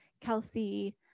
Kelsey